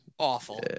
awful